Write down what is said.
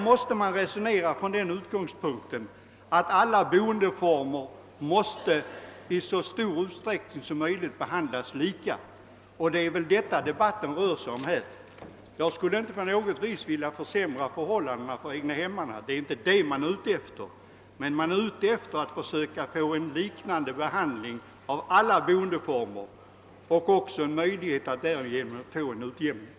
Man bör resonera från utgångspunkten att alla boendeformer i så stor utsträckning som möjligt måste behandlas lika, och det är det debatten rör sig om. Vi är inte ute efter att på nå got vis vilja försämra förhållandena för egnahemsägarna men vill åstadkomma en liknande behandling för annan boendeform för att därigenom få till stånd, en rättvisa.